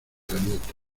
granito